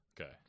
Okay